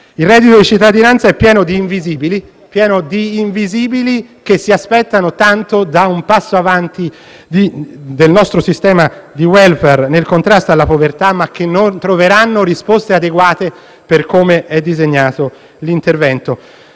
sul reddito di cittadinanza è pieno di "invisibili", che si aspettano tanto da un passo avanti del nostro sistema di *welfare* nel contrasto alla povertà, ma che non troveranno risposte adeguate per come è disegnato l'intervento.